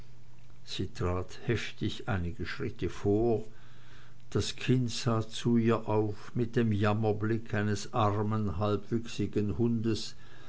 heftig einige schritte vor das kind sah zu ihr auf mit dem jammerblick eines armen halbwüchsigen hundes